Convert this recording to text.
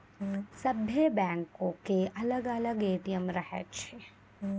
सभ्भे बैंको के अलग अलग ए.टी.एम रहै छै